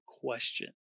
question